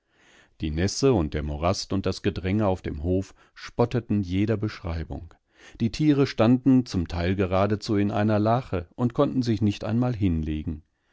die nässe und der morast und das gedränge auf dem hof spotteten jeder beschreibung die tiere standen zum teil geradezu in einer lache und konntensichnichteinmalhinlegen einigevondenbauernverschafftenihren